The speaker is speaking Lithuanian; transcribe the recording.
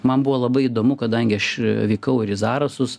man buvo labai įdomu kadangi aš vykau ir į zarasus